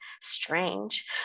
strange